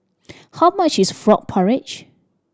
how much is frog porridge